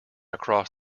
across